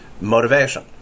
Motivation